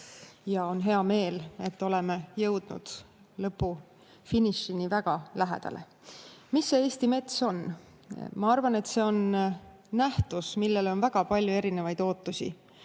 On hea meel, et oleme jõudnud lõpufinišile väga lähedale. Mis see Eesti mets on? Ma arvan, et see on nähtus, millele on väga palju erinevaid ootusi.